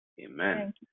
Amen